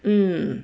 um